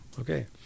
okay